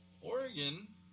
Oregon